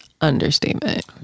understatement